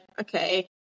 okay